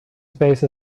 space